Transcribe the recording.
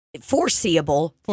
foreseeable